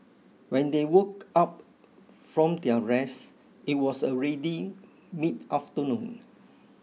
when they woke up from their rest it was already mid afternoon